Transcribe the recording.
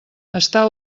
està